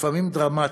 לפעמים דרמטיים,